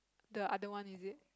the other one is it